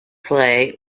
play